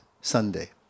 Sunday